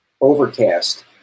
overcast